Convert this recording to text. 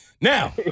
Now